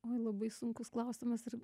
oi labai sunkus klausimas ar